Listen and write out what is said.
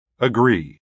Agree